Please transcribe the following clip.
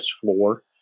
floor